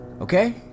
Okay